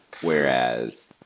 Whereas